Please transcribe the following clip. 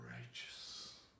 righteous